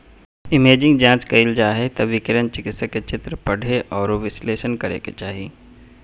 imaging जांच कइल जा हइ त विकिरण चिकित्सक के चित्र पढ़े औरो विश्लेषण करे के चाही